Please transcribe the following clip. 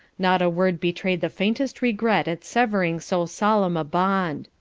not a word betrayed the faintest regret at severing so solemn a bond.